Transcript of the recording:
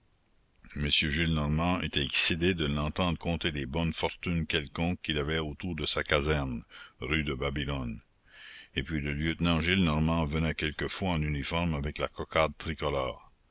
m gillenormand était excédé de l'entendre conter les bonnes fortunes quelconques qu'il avait autour de sa caserne rue de babylone et puis le lieutenant gillenormand venait quelquefois en uniforme avec la cocarde tricolore